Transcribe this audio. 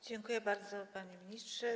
Dziękuję bardzo, panie ministrze.